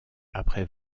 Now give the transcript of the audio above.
après